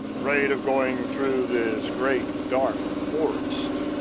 fraid of going through this great dark forest?